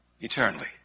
eternally